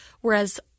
whereas